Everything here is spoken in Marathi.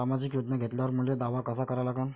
सामाजिक योजना घेतल्यावर मले दावा कसा करा लागन?